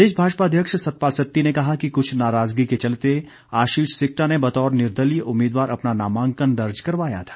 प्रदेश भाजपा अध्यक्ष सतपाल सत्ती ने कहा कि कुछ नाराजगी के चलते आशीष सिक्टा ने बतौर निर्दलीय उम्मीदवार अपना नामांकन दर्ज करवाया था